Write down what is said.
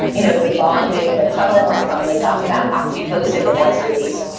you know, the bonding, the cuddle hormone, they talk about oxytocin, when that's released.